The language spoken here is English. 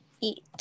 eat